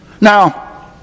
Now